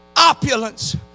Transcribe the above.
opulence